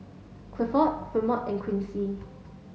Clifford Fremont and Quincy